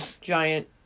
giant